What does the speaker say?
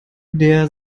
der